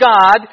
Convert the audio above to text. God